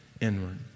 inward